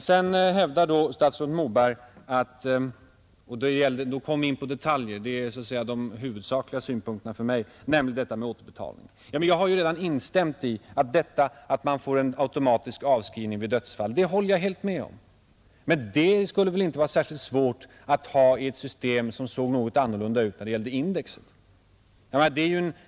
Vidare påpekar statsrådet Moberg — och då kommer vi in på detaljer; men det är här viktiga ting som jag ser det — i fråga om återbetalningen att man får en automatisk avskrivning vid dödsfall. Det håller jag helt med om. Men det skulle väl inte vara särskilt svårt att ha samma regel i ett system som såg något annorlunda ut när det gäller indexen.